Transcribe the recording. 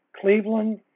Cleveland